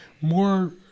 more